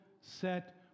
set